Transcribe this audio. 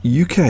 UK